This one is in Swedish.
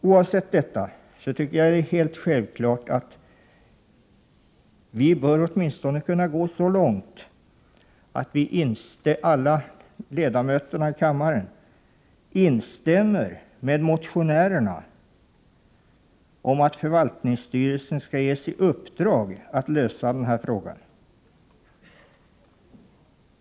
Oavsett detta är det självklart att vi åtminstone bör kunna gå så långt att alla ledamöter i kammaren instämmer med motionärerna i att förvaltningsstyrelsen skall ges i uppdrag att lösa denna fråga.